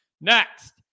next